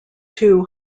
two